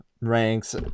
ranks